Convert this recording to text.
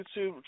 YouTube